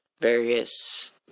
various